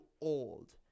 old